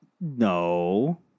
No